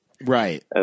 Right